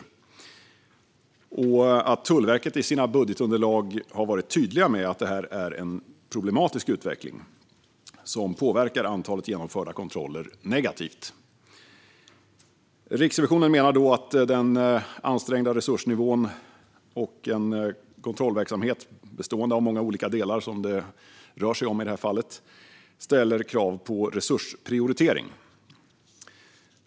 Man konstaterar också att Tullverket i sina budgetunderlag har varit tydligt med att detta är en problematisk utveckling som påverkar antalet genomförda kontroller negativt. Riksrevisionen menar att den ansträngda resursnivån och en kontrollverksamhet bestående av många olika delar, som det rör sig om i det här fallet, ställer krav på resursprioritering.